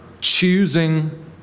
choosing